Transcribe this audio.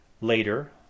Later